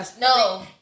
No